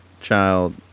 child